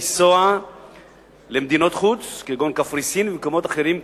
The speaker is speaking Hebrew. לנסוע למדינות חוץ כגון קפריסין ומקומות אחרים.